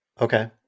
okay